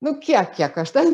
nu kiek kiek aš ten